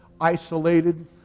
isolated